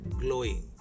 glowing